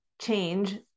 change